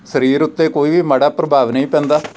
ਸਰੀਰ ਉੱਤੇ ਕੋਈ ਵੀ ਮਾੜਾ ਪ੍ਰਭਾਵ ਨਹੀਂ ਪੈਂਦਾ